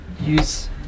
use